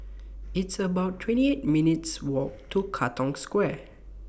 It's about twenty eight minutes' Walk to Katong Square